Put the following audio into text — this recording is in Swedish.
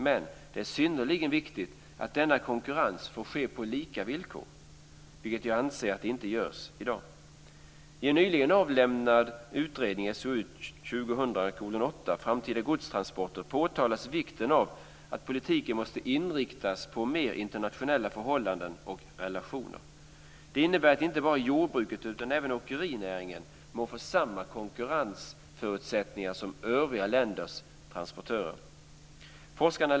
Men det är synnerligen viktigt att denna konkurrens får ske på lika villkor, vilket jag anser att den inte får i dag. Framtida godstransporter, påtalas vikten av att politiken måste inriktas mer på internationella förhållanden och relationer. Det innebär att inte bara jordbruket utan även åkerinäringen måste få samma konkurrensförutsättningar som övriga länders transportörer.